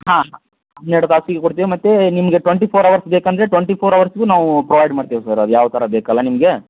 ಹಾಂ ಹಾಂ ಹನ್ನೆರ್ಡು ತಾಸಿಗೆ ಕೊಡ್ತೀವಿ ಮತ್ತೆ ನಿಮಗೆ ಟ್ವೆಂಟಿ ಫೋರ್ ಅವರ್ಸ್ ಬೇಕಂದ್ರೆ ಟ್ವೆಂಟಿ ಫೋರ್ ಅವರ್ಸ್ಗು ನಾವು ಪ್ರೊವೈಡ್ ಮಾಡ್ತೀವಿ ಸರ್ ಅದು ಯಾವ್ಥರ ಬೇಕಲ್ಲ ನಿಮಗೆ